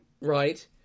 Right